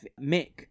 Mick